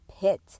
pit